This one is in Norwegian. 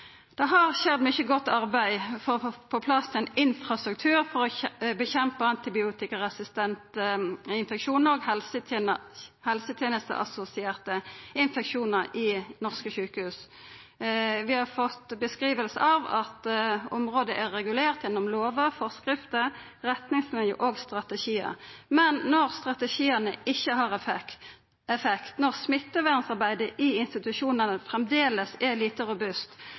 Det har skjedd mykje godt arbeid for å få på plass ein infrastruktur for å kjempe mot antibiotikaresistente og helsetenesteassosierte infeksjonar i norske sjukehus. Vi har fått ei beskriving av at området er regulert gjennom lover, forskrifter, retningslinjer og strategiar. Men når strategiane ikkje har effekt, når smittevernarbeidet i institusjonane framleis er for lite robust,